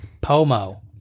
Pomo